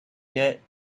yet